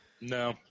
No